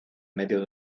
medio